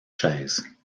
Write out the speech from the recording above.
chaises